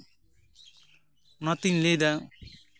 ᱚᱱᱟᱛᱤᱧ ᱞᱟᱹᱭᱫᱟ